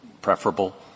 preferable